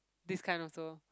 this kind also